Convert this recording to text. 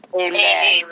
Amen